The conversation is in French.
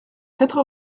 quatre